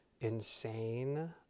insane